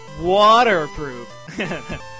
waterproof